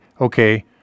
okay